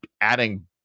adding